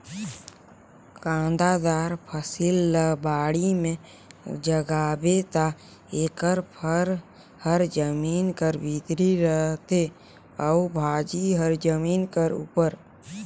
कांदादार फसिल ल बाड़ी में जगाबे ता एकर फर हर जमीन कर भीतरे रहथे अउ भाजी हर जमीन कर उपर